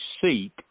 seek